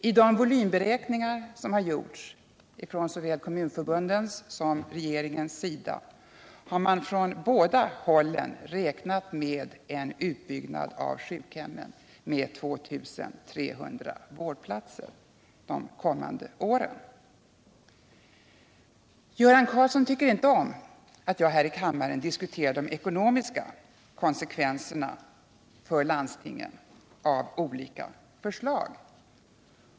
I de volymberäkningar som har gjorts från såväl kommunförbundens som regeringens sida har man räknat med en utbyggnad av sjukhemmen med 2 300 vårdplatser de kommande åren. Göran Karlsson tycker inte om att jag här i kammaren diskuterar de ekonomiska konsekvenserna för landstingen av olika förslag.